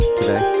today